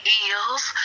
Eels